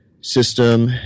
system